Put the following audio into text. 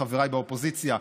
חבריי באופוזיציה: